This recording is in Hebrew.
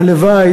הלוואי.